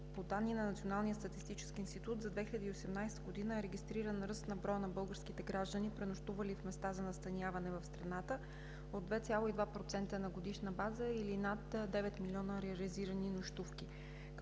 по данни на Националния статистически институт за 2018 г. е регистриран ръст на броя на българските граждани, пренощували в места за настаняване в страната от 2,2% на годишна база или над 9 милиона реализирани нощувки.